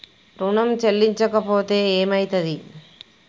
ఋణం చెల్లించకపోతే ఏమయితది?